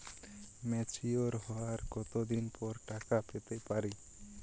Mature হওয়ার কত দিন পর টাকা পেতে পারি?